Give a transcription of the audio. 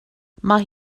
mae